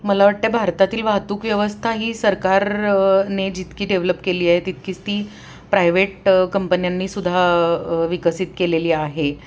मला वाटतं आहे भारतातील वाहतूक व्यवस्था ही सरकारने जितकी डेव्हलप केली आहे तितकीच ती प्रायव्हेट कंपन्यांनीसुद्धा विकसित केलेली आहे